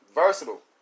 versatile